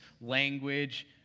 language